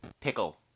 pickle